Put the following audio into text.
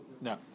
No